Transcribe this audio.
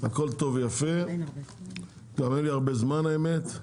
הכל טוב ויפה, גם אין לי הרבה זמן האמת.